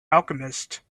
alchemist